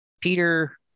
Peter